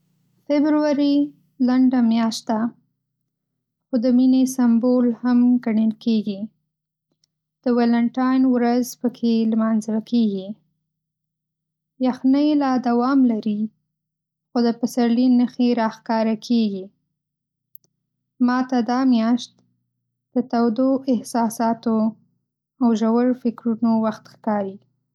فبروري لنډه میاشت ده، خو د مینې سمبول هم ګڼل کېږي. د ویلنټاین ورځ پکې لمانځل کېږي. یخنۍ لا دوام لري، خو د پسرلي نښې راښکاره کېږي. ما ته دا میاشت د تودو احساساتو او ژور فکرونو وخت ښکاري.